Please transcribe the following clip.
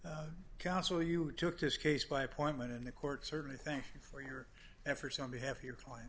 you counsel you took his case by appointment in a court certainly thank you for your efforts on behalf of your client